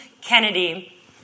Kennedy